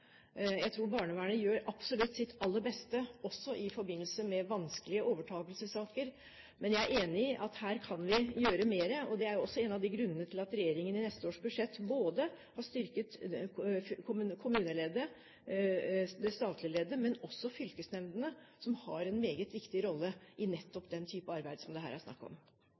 Jeg tror barnevernet absolutt gjør sitt aller beste, også i forbindelse med vanskelige overtagelsessaker. Men jeg er enig i at her kan vi gjøre mer. Det er også en av grunnene til at regjeringen i neste års budsjett har styrket både kommuneleddet og det statlige leddet, men også fylkesnemndene, som har en meget viktig rolle i nettopp den typen arbeid som det her er snakk om.